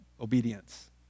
obedience